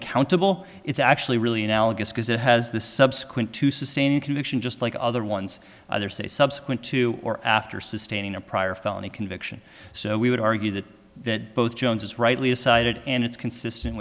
countable it's actually really analogous because it has the subsequent to sustaining conviction just like other ones either say subsequent to or after sustaining a prior felony conviction so we would argue that that both jones is rightly decided and it's consistent